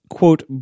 quote